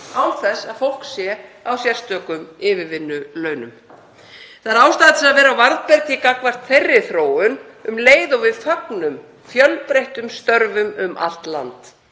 án þess að fólk sé á sérstökum yfirvinnulaunum. Það er ástæða til að vera á varðbergi gagnvart þeirri þróun um leið og við fögnum fjölbreyttum störfum um allt land.